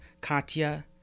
Katya